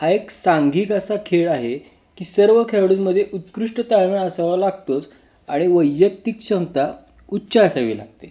हा एक सांघिक असा खेळ आहे की सर्व खेळाडूंमध्ये उत्कृष्ट ताळमेळ असावा लागतोच आणि वैयक्तिक क्षमता उच्च असावी लागते